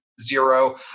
zero